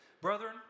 Brethren